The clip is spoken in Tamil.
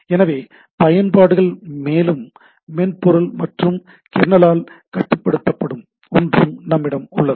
எனவே பயன்பாடுகள் மேலும் மென்பொருள் மற்றும் கெர்னலால் கட்டுப்படுத்தப்படும் ஒன்றும் நம்மிடம் உள்ளது